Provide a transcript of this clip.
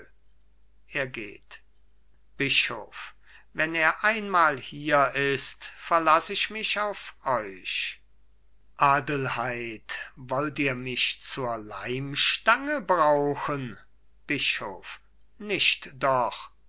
er geht bischof wenn er einmal hier ist verlaß ich mich auf euch adelheid wollt ihr mich zur leimstange brauchen bischof nicht doch